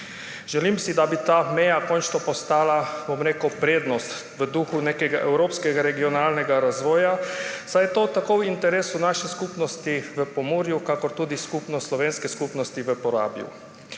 Želim si, da bi ta meja končno postala prednost v duhu nekega evropskega regionalnega razvoja, saj je to tako v interesu naše skupnosti v Pomurju kakor tudi slovenske skupnosti v Porabju.